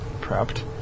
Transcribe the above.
prepped